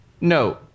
no